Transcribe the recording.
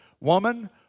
Woman